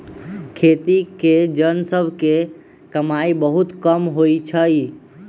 खेती के जन सभ के कमाइ बहुते कम होइ छइ